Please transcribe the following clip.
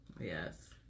Yes